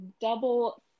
double